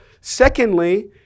secondly